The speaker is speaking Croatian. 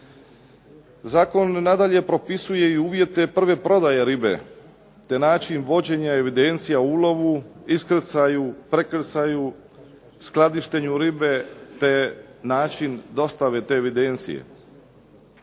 Zakon nadalje propisuje i uvjete prve prodaje ribe te način vođenja evidencija ulovu, iskrcaju, prekrcaju, skladištenju ribe te način dostave te evidencije.